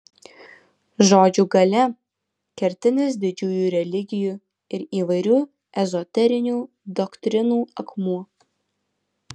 žodžio galia kertinis didžiųjų religijų ir įvairių ezoterinių doktrinų akmuo